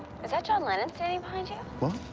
is that john lennon standing behind you? what?